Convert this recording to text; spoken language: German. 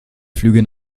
flüge